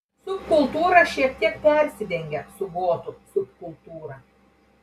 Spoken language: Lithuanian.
subkultūra šiek tiek persidengia su gotų subkultūra